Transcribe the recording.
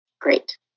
Great